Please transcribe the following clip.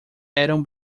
eram